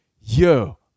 yo